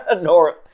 North